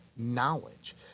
Knowledge